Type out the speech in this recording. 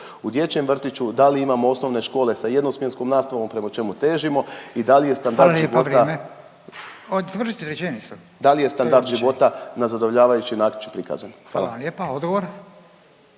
u dječjem vrtiću, da li imamo osnovne škole sa jednosmjenskom nastavom, prema čemu težimo i da li je standard života… .../Upadica: Hvala lijepa. Vrijeme. Završite rečenicu./... da li je standard života na zadovoljavajući način prikazan. Hvala. **Radin,